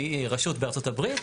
מרשות בארצות הברית.